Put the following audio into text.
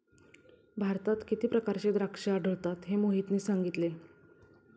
भारतात किती प्रकारची द्राक्षे आढळतात हे मोहितने सांगितले